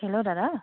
hello দাদা